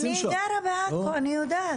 אני גרה בעכו, אני יודעת.